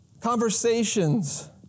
conversations